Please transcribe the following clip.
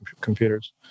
computers